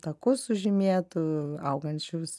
takus sužymėtų augančius